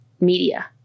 media